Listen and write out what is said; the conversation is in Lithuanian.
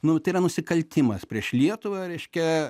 nu tai yra nusikaltimas prieš lietuvą reiškia